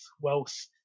wealth